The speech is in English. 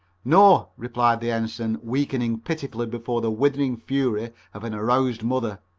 no, replied the ensign, weakening pitifully before the withering fury of an aroused mother,